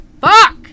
fuck